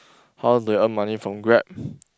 how they earn money from Grab